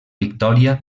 victòria